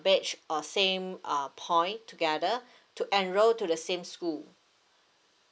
batch or same uh point together to enroll to the same school